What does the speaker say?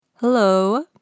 Hello